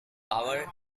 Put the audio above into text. power